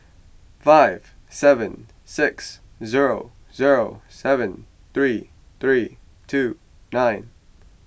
five seven six zero zero seven three three two nine